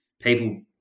people